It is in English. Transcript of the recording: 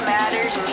Matters